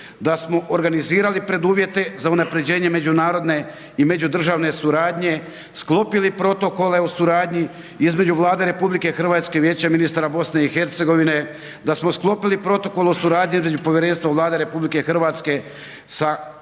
da smo organizirali preduvjete za unapređenje međunarodne i međudržavne suradnje, sklopili protokole o suradnji između Vlade RH i Vijeća ministara BiH, da smo sklopili protokol o suradnji između povjerenstva Vlade RH sa Komisijom